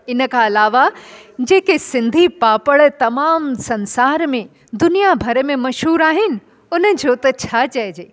इनखां अलावा जेके सिंधी पापड़ तमामु संसार में दुनिया भर में मशहूरु आहिनि उनजो त छा चइजे